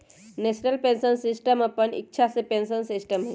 national pension system अप्पन इच्छा के पेंशन सिस्टम हइ